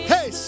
Hey